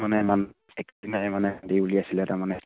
মানে মান এক দিনাই মানে খান্দি উলিয়াইছিলে তাৰমানে